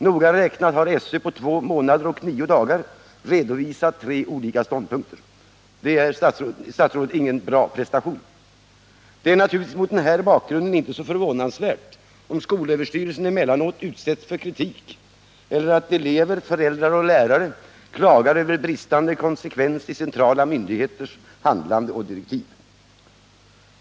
Noga räknat har SÖ på två månader och nio dagar redovisat tre olika ståndpunkter. Det är, statsrådet Rodhe, ingen bra prestation. Det är naturligtvis mot den här bakgrunden inte så förvånansvärt, om SÖ emellanåt utsätts för kritik eller att elever, föräldrar och lärare klagar över bristande konsekvens i centrala myndigheters handlande och direktiv.